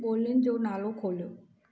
ॿोलीनि जो नालो खोलियो